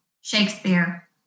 Shakespeare